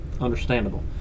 Understandable